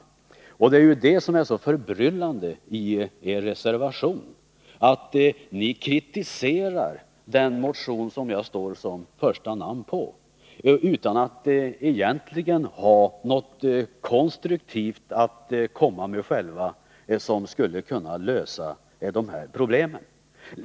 Vad som är så förbryllande i er reservation är ju att ni kritiserar den motion där mitt namn står först utan att egentligen själva ha någonting konstruktivt att komma med som skulle kunna lösa problemen.